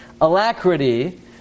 alacrity